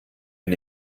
bin